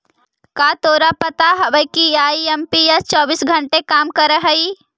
का तोरा पता हवअ कि आई.एम.पी.एस चौबीस घंटे काम करअ हई?